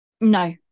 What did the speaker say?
no